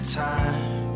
time